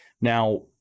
Now